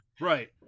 right